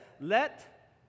let